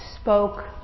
spoke